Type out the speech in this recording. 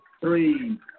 Three